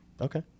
Okay